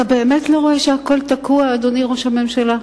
אתה באמת לא רואה שהכול תקוע, אדוני ראש הממשלה?